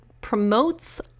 promotes